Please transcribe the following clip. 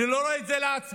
אני לא רואה את זה לעצמאים,